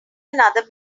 another